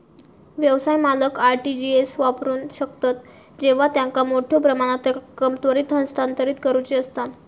व्यवसाय मालक RTGS वापरू शकतत जेव्हा त्यांका मोठ्यो प्रमाणात रक्कम त्वरित हस्तांतरित करुची असता